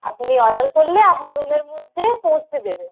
আপনি অর্ডার করলে আপনার রুমের মধ্যে পৌঁছে দেবে